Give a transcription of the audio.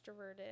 extroverted